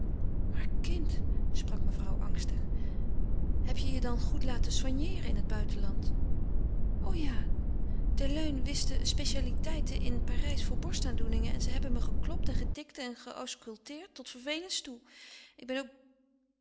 maar kind sprak mevrouw angstig heb je je dan goed laten soigneeren in het buitenland o ja de des luynes wisten specialiteiten in parijs voor borstaandoeningen en ze hebben me geklopt en getikt en geausculteerd tot vervelens toe ik ben ook